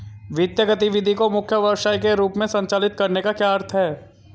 वित्तीय गतिविधि को मुख्य व्यवसाय के रूप में संचालित करने का क्या अर्थ है?